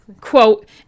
Quote